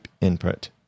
input